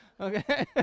Okay